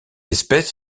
espèce